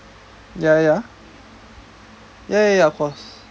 ya ya ya ya ya of course